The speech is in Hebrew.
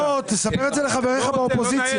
אוה, תספר את זה לחבריך באופוזיציה.